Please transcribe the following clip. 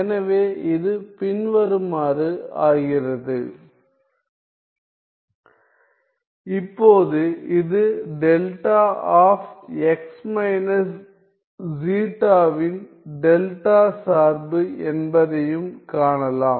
எனவே இது பின்வருமாறு ஆகிறது இப்போது இது டெல்டா ஆப் x மைனஸ் ஜீட்டாவின் டெல்டா சார்பு என்பதையும் காணலாம்